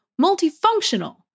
multifunctional